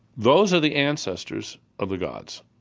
those are the ancestors of the gods.